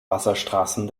wasserstraßen